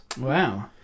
wow